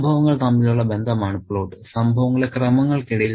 സംഭവങ്ങൾ തമ്മിലുള്ള ബന്ധമാണ് പ്ലോട്ട് സംഭവങ്ങളുടെ ക്രമങ്ങൾക്കിടയിൽ